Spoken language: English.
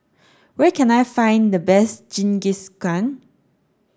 where can I find the best Jingisukan